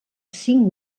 cinc